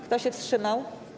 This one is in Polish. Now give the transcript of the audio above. Kto się wstrzymał?